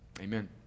Amen